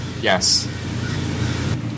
Yes